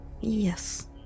yes